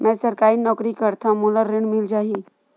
मै सरकारी नौकरी करथव मोला ऋण मिल जाही?